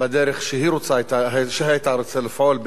בדרך שהיא היתה רוצה לפעול,